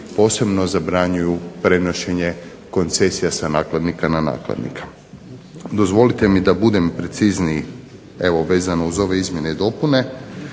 posebno zabranjuju prenošenje koncesija sa nakladnika na nakladnika. Dozvolite mi da budem precizniji evo vezano uz ove izmjene i dopune,